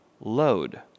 load